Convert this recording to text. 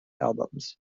albums